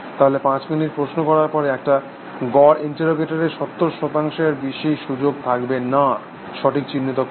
তাহলে পাঁচ মিনিট প্রশ্ন করার পরে একটা গড় ইন্টেরোগেটার এর 70 শতাংশের বেশি সুযোগ থাকবে না সঠিক চিহ্নিত করার